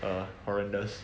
a horrendous